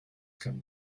come